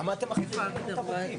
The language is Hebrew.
אז אני מסכם את העניין הזה.